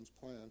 plan